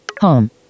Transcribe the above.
home